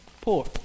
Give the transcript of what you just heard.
Poor